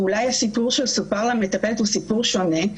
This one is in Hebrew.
אולי הסיפור שסופר למטפלת הוא סיפור שונה?